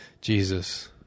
Jesus